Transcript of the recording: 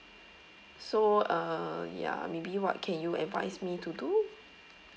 so uh ya maybe what can you advise me to do